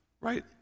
right